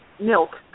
milk